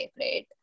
right